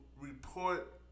report